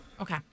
Okay